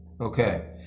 okay